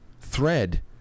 thread